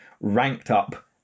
ranked-up